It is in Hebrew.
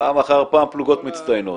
פעם אחר פעם פלוגות מצטיינות.